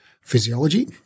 Physiology